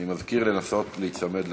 אני מזכיר לנסות להיצמד לטקסט.